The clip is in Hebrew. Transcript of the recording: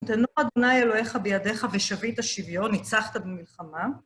"נתנו אדוני אלוהיך בידך ושבית שביו", ניצחת במלחמה.